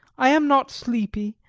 i am not sleepy,